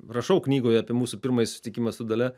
rašau knygoje apie mūsų pirmąjį susitikimą su dalia